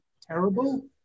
terrible